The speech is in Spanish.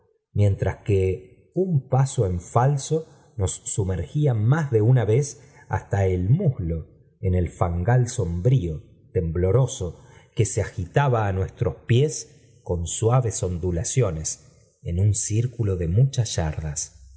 mientras que un paso en falso nos sumergía mas do una vez hasta el muslo en el fangal sombrío tembloroso que se agitaba á nuestros pies con suaves ondulaciones en un círculo de muchas yardas